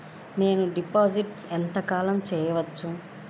నేను డిపాజిట్ ఎంత కాలం చెయ్యవచ్చు?